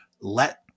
let